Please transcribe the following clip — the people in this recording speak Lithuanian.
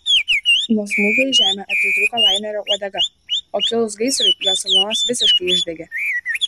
nuo smūgio į žemę atitrūko lainerio uodega o kilus gaisrui jo salonas visiškai išdegė